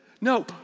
No